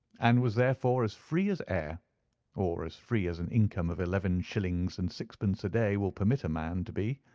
and was therefore as free as air or as free as an income of eleven shillings and sixpence a day will permit a man to be.